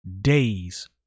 days